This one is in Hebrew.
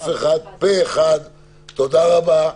הצבעה בעד,